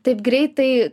taip greitai